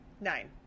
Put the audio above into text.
Nine